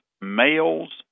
males